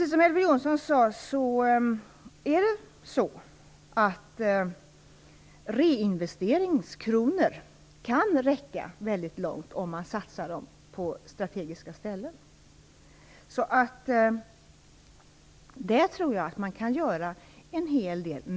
Som Elver Jonsson sade kan reinvesteringsmedel räcka mycket långt, om man satsar dem på strategiska ställen. Jag tror att man på den vägen kan göra en hel del.